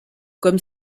comme